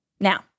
Now